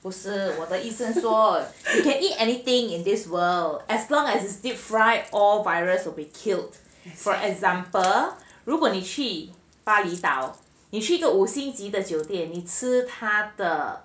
不是我的医生说 you can eat anything in this world as long as it is deep fried or virus will be killed for example 如果你去巴厘岛你是一个五星级的酒店你吃他的